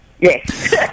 Yes